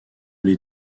les